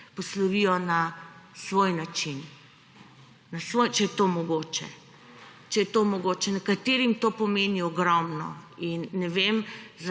poslovijo na svoj način; če je to mogoče, če je to mogoče. Nekaterim to pomeni ogromno in ne vem,